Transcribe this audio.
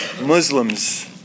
Muslims